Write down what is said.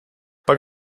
pak